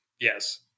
Yes